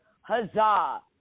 huzzah